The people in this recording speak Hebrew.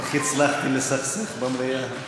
איך הצלחתי לסכסך במליאה.